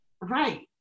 right